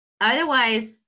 Otherwise